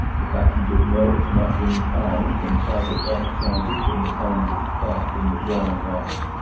the package of notes not being found when five o'clock sounded from the ponderous clock in the drawing office,